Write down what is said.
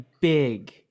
big